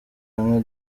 hamwe